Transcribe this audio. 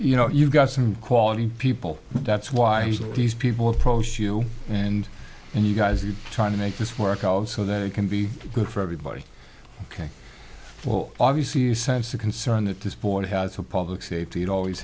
you know you've got some quality people and that's why these people approach you and and you guys you try to make this work out so that it can be good for everybody ok for obviously you sense the concern that this board has for public safety it always